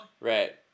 right